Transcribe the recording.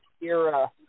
era